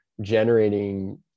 generating